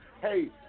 Hey